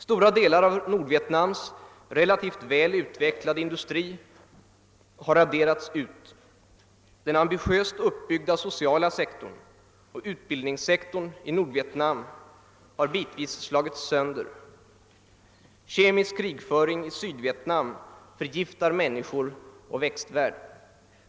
Stora delar av Nordvietnams relativt väl utvecklade industri har raderats ut. Den ambitiöst uppbyggda sociala sektorn och utbildningssektorn i Nordvietnam har bitvis slagits sönder. Kemisk krigföring i Sydvietnam förgiftar människor och växtlighet.